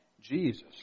Jesus